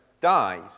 died